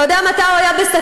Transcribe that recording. אתה יודע מתי הוא היה בסכנה?